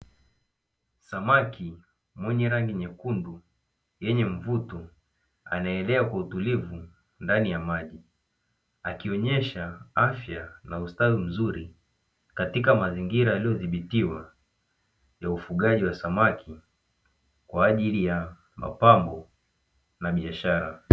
Samaki mwenye rangi nyekundu yenye mvuto anaelea kwa utulivu ndani ya maji akionyesha afya na ustawi mzuri katika mazingira yaliyothibitiwa ya ufugaji wa samaki kwa ajili ya mapambo na biashara.